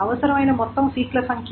అవసరమైన మొత్తం సీక్ ల సంఖ్య